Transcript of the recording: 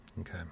Okay